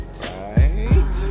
Right